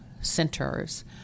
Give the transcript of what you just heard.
centers